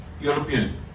European